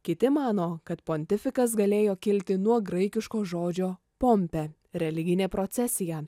kiti mano kad pontifikas galėjo kilti nuo graikiško žodžio pompe religinė procesija